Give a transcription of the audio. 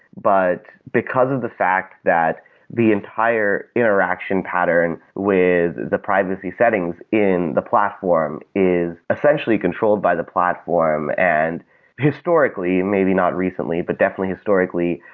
but because of the fact that the entire interaction pattern with the privacy settings in the platform is essentially controlled by the platform and historically, maybe not recently, but deftly historically,